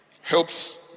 helps